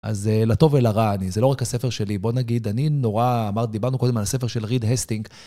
אז לטוב ולרע אני, זה לא רק הספר שלי. בוא נגיד, אני נורא, אמרת, דיברנו קודם על הספר של ריד הסטינגס.